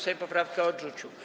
Sejm poprawkę odrzucił.